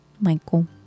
Michael